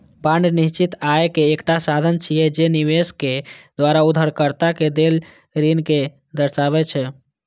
bond निश्चित आय के एकटा साधन छियै, जे निवेशक द्वारा उधारकर्ता कें देल ऋण कें दर्शाबै छै